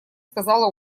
сказала